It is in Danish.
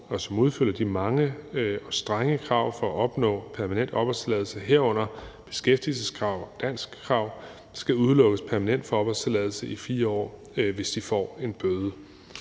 og som opfylder de mange og strenge krav for at opnå permanent opholdstilladelse, herunder beskæftigelseskravet og danskkravet, skal udelukkes permanent fra at få opholdstilladelse i 4 år, hvis de får en bøde.